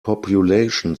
population